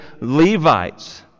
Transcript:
Levites